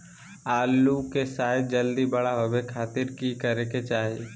आलू के साइज जल्दी बड़ा होबे के खातिर की करे के चाही?